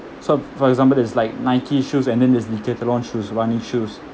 so for example there's like nike shoes and then there's decathlon shoes running shoes